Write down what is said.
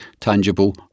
tangible